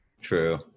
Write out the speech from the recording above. True